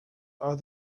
are